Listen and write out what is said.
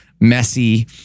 messy